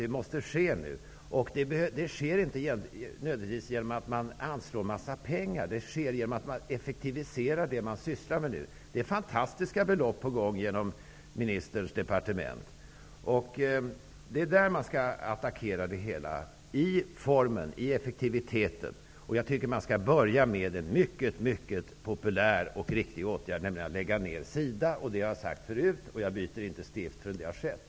Det måste emellertid ske nu, men inte nödvändigtvis genom att anslå en massa pengar, utan genom att effektivisera det som man nu sysslar med. Det är fantastiska belopp i rörelse, genom biståndsministerns departement. Det är där som det hela skall attackeras, nämligen i formen och effektiviteten. Jag tycker att man skall börja med en mycket populär och riktig åtgärd, nämligen att lägga ned SIDA, vilket jag har sagt tidigare. Jag byter inte stift förrän så skett.